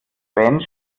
band